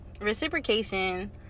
reciprocation